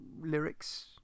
lyrics